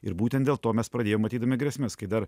ir būtent dėl to mes pradėjom matydami grėsmes kai dar